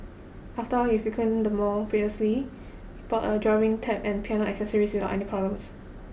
after all he frequented the mall previously and bought a drawing tab and piano accessories without any problems